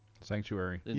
sanctuary